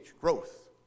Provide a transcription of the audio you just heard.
growth